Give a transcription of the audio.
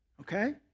okay